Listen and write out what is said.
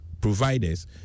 providers